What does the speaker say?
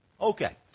Okay